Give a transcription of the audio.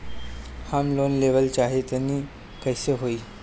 हम लोन लेवल चाह तानि कइसे होई?